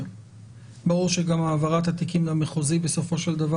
ברור שגם העברת התיקים למחוזי בסופו של דבר